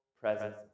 presence